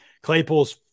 Claypool's